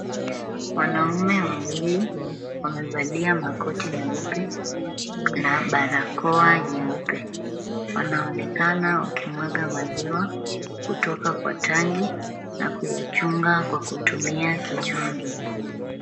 Wanaume wawili wamevalia makoti meupe na barakoa nyeupe, wanaonekana wakimuaga maziwa kutoka kwa tanki na kuyachunga kwa kutumia kichungi.